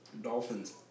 Dolphins